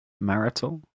marital